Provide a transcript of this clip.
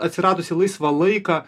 atsiradusį laisvą laiką